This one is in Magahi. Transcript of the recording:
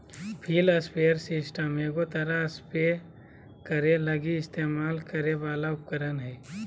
फील्ड स्प्रेयर सिस्टम एगो तरह स्प्रे करे लगी इस्तेमाल करे वाला उपकरण हइ